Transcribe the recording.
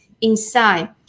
inside